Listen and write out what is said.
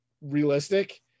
realistic